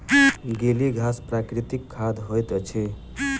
गीली घास प्राकृतिक खाद होइत अछि